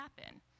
happen